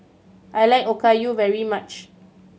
I like Okayu very much